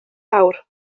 awr